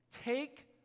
take